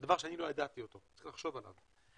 - מה שלא ידעתי וצריך לחשוב על כך.